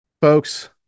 folks